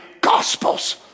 Gospels